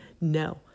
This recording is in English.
No